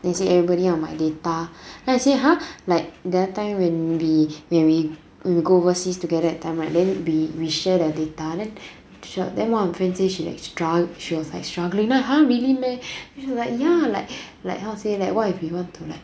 then say everybody 要买 data then I said !huh! like the other time when we when we go overseas together that time right then we share the data then one of my friends said she was she was like struggling then I was like !huh! really meh they were like ya like how to say what if we want to